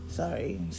Sorry